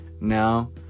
now